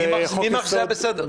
מי אמר שזה היה בסדר?